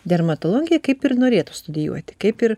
dermatologiją kaip ir norėtų studijuoti kaip ir